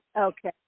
Okay